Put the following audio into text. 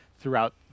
throughout